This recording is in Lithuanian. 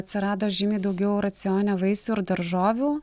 atsirado žymiai daugiau racione vaisių ir daržovių